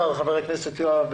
הכנסה.